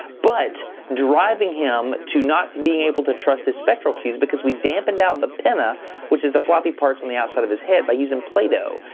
but driving him to not being able to trust his spectral cues because we dampened down the pinna which is the floppy parts on the outside of his head by using play-doh.